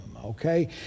Okay